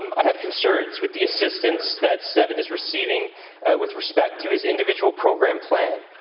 um i have concerns with the assistance that seven is receiving with respect to his individual program plan.